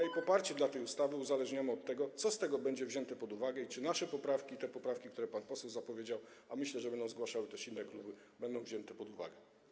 I poparcie dla tej ustawy uzależniamy od tego, co z tego będzie wzięte pod uwagę, czy nasze poprawki i te poprawki, które pan poseł zapowiedział, a myślę, że będą zgłaszały je też inne kluby, będą wzięte pod uwagę.